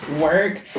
work